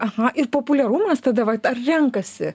aha ir populiarumas tada vat ar renkasi